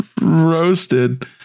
roasted